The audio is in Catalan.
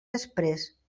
després